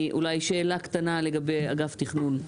יש לי שאלה קטנה לגבי אגף תכנון.